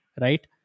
Right